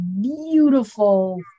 beautiful